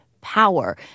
power